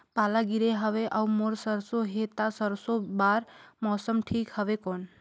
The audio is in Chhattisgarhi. पाला गिरे हवय अउर मोर सरसो हे ता सरसो बार मौसम ठीक हवे कौन?